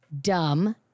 dumb